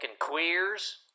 queers